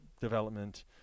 development